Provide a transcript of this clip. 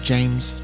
James